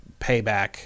payback